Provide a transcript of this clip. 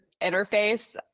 interface